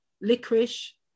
licorice